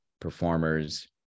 performers